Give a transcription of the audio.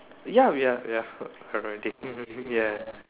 ya we are ya already ya